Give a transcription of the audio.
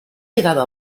llegado